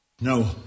No